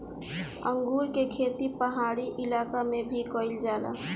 अंगूर के खेती पहाड़ी इलाका में भी कईल जाला